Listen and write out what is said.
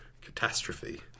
catastrophe